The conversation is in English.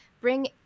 bring